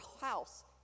house